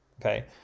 okay